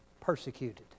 Persecuted